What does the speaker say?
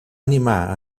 animar